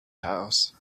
house